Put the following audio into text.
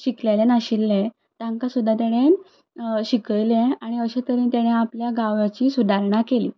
जे शिकलेले नाशिल्ले तांकां सुद्दां तेणेन शिकयले आनी अशे तरेन ताणें आपल्या गांवाची सुदारणा केली